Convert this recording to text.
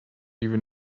even